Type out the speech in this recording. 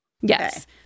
Yes